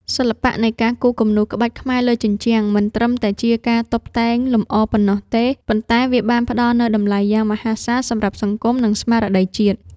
សិល្បៈនៃការគូរគំនូរក្បាច់ខ្មែរលើជញ្ជាំង មិនត្រឹមតែជាការតុបតែងលម្អប៉ុណ្ណោះទេ ប៉ុន្តែវាបានផ្ដល់នូវតម្លៃយ៉ាងមហាសាលសម្រាប់សង្គម និងស្មារតីជាតិ។